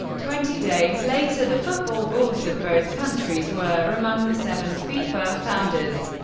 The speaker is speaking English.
twenty days later, the football boards of both countries were among the seven fifa founders.